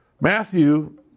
Matthew